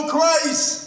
Christ